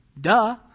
Duh